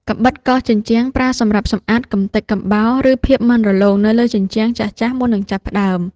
កាំបិតកោសជញ្ជាំង ប្រើសម្រាប់សម្អាតកម្ទេចកំបោរ ឬភាពមិនរលោងនៅលើជញ្ជាំងចាស់ៗមុននឹងចាប់ផ្ដើម។